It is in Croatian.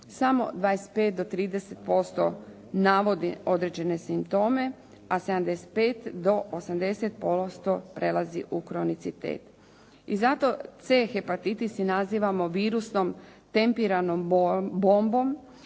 samo 25 do 30% navode određene simptome a 75 do 80% prelazi u kronicitet. I zato C hepatitis i nazivamo virusom tempiranom bombom